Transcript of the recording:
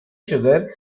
sugar